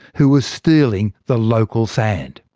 who were stealing the local sand.